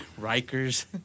Rikers